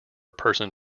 person